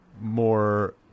more